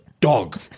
dog